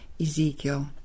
Ezekiel